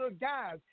guys